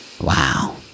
Wow